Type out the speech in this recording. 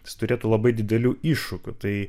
jis turėtų labai didelių iššūkių tai